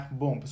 bom